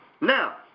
Now